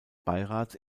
beirats